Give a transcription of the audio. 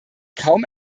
kaum